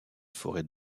forêts